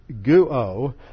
guo